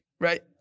Right